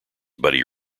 buddy